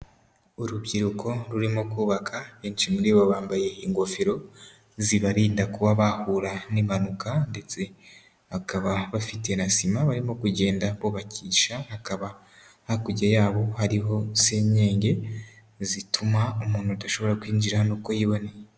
Urubyiruko rurimo kubaka, benshi muri bo bambaye ingofero zibarinda kuba bahura n'impanuka ndetse bakaba bafite na sima barimo kugenda bubakisha, hakaba hakurya yabo hariho senyenge zituma umuntu adashobora kwinjira hano uko yibone.